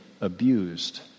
abused